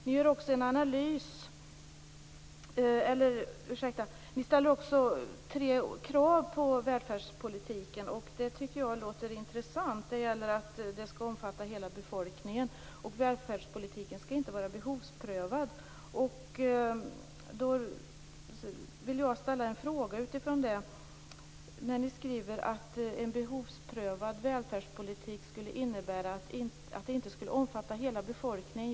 Ni ställer också tre krav på välfärdspolitiken. Det tycker jag låter intressant. Den skall omfatta hela befolkningen. Välfärdspolitiken skall inte vara behovsprövad. Jag vill ställa en fråga utifrån detta. Ni skriver att en behovsprövad välfärdspolitik inte skulle omfatta hela befolkningen.